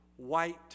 white